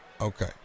Okay